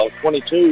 22